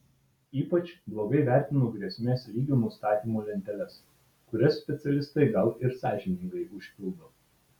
ypač blogai vertinu grėsmės lygių nustatymo lenteles kurias specialistai gal ir sąžiningai užpildo